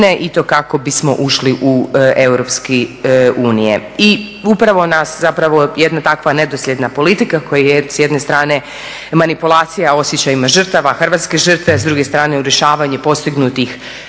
i to kako bismo ušli u EU. I upravo nas, zapravo jedna takva nedosljedna politika koja je s jedne strane manipulacija osjećajima žrtava hrvatske žrtve, s druge strane u rješavanje postignuti